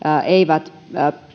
eivät